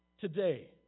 today